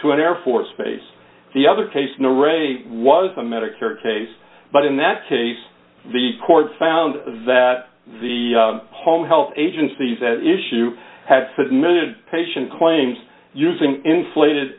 to an air force base the other case no ray was a medicare case but in that case the court found that the home health agencies that issue had submitted patient claims using inflated